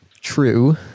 True